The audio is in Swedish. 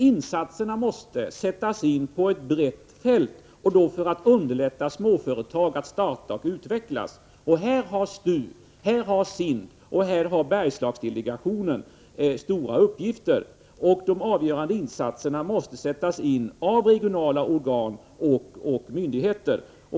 Insatserna måste emellertid göras på ett brett fält, för att underlätta startandet och utvecklandet av småföretag. Här har STU, SIND och Bergslagsdelegationen stora uppgifter. De avgörande insatserna måste göras av regionala organ och myndigheter.